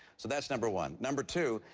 so that's number one. number two,